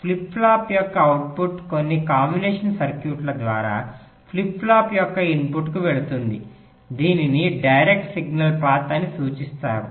flip flop యొక్క output కొన్ని combination circuit ద్వారా ఫ్లిప్ ఫ్లాప్ యొక్క ఇన్పుట్కు వెళుతుంది దీనిని డైరెక్ట్ సిగ్నల్ పాత్ అని సూచిస్తారు